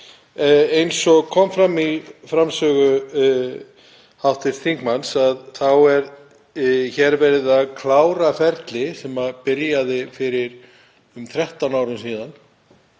Eins og kom fram í framsögu hv. þingmanns er hér verið að klára ferli sem byrjaði fyrir um 13 árum síðan